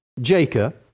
Jacob